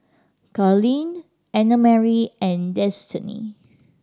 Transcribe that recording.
Carlyle Annamarie and Destany